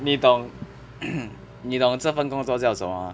你懂你懂这份工作叫什么 mah